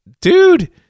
dude